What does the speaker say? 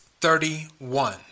thirty-one